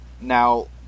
Now